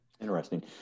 Interesting